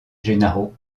gennaro